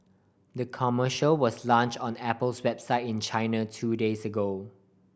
the commercial was launch on Apple's website in China two days ago